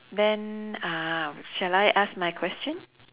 then uh shall I ask my question